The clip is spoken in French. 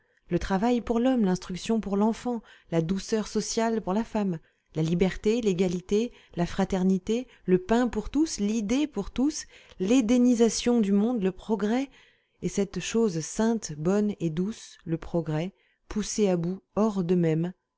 le travail pour l'homme l'instruction pour l'enfant la douceur sociale pour la femme la liberté l'égalité la fraternité le pain pour tous l'idée pour tous l'édénisation du monde le progrès et cette chose sainte bonne et douce le progrès poussés à bout hors